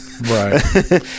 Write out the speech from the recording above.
Right